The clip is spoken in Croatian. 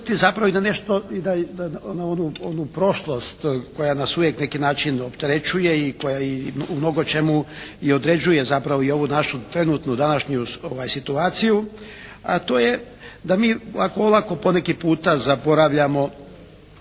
zapravo i na nešto na onu prošlost koja nas uvijek na neki način opterećuje i koja u mnogo čemu i određuje zapravo i ovu našu trenutnu današnju situaciju, a to je da mi ovako olako poneki puta zaboravljamo